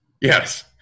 Yes